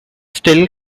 still